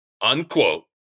Unquote